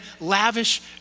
lavish